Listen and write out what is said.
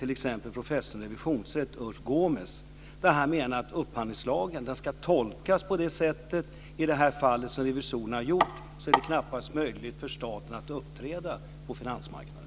T.ex. säger professorn i revisionsrätt Ulf Gometz att om upphandlingslagen ska tolkas på det sätt som revisorerna har gjort är det knappast möjligt för staten att uppträda på finansmarknaden.